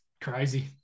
crazy